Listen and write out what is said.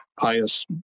pious